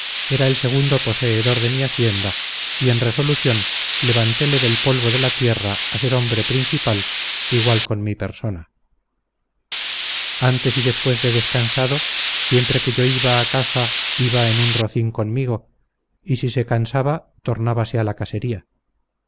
era el segundo poseedor de mi hacienda y en resolución levantéle del polvo de la tierra a ser hombre principal igual con mi persona antes y después de descansado siempre que yo iba a caza iba en un rocín conmigo y si se cansaba tornabase a la casería